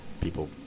people